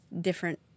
different